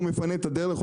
הוא מפנה את הדרך,